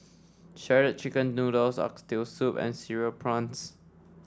Shredded Chicken Noodles Oxtail Soup and Cereal Prawns